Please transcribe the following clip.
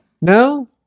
No